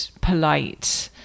polite